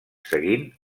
seguint